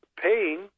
paying